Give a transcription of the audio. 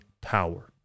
power